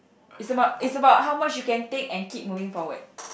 it's about it's about how much you can take and keep moving forward